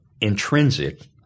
intrinsic